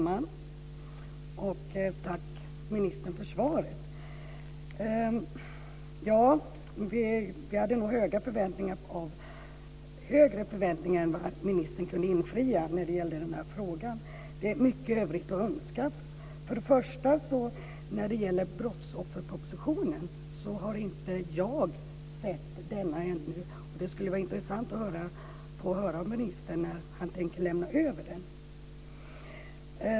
Fru talman! Tack för svaret ministern. Vi hade nog högre förväntningar än vad ministern kunde infria när det gällde den här frågan. Det finns mycket övrigt att önska. Jag har inte sett brottsofferpropositionen ännu. Det skulle vara intressant att få höra av ministern när han tänker lämna över den.